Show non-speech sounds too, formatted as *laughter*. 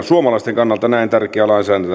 *unintelligible* suomalaisten kannalta näin